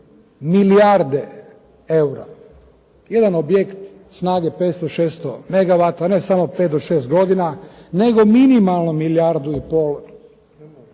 milijarde eura, jedan objekt snage 500, 600 megawata ne samo 5, 6 godina nego minimalno milijardu i pol